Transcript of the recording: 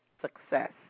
success